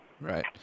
Right